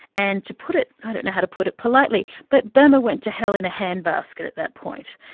and to put it, i don't know how to put it politely, but burma went to hell in a handbasket at that point.